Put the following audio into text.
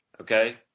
Okay